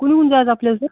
कुनीऊन जायचं आपल्याला